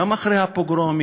גם אחרי הפוגרומים,